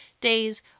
days